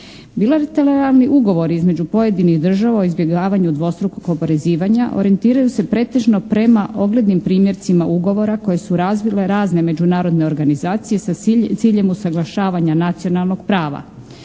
Bilateralni ugovori između pojedinih država o izbjegavanju dvostrukog oporezivanja orijentiraju se pretežno prema oglednim primjercima ugovora koje su razvile razne međunarodne organizacije sa ciljem usaglašavanja nacionalnog prava.